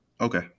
Okay